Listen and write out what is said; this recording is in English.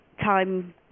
time